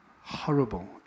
Horrible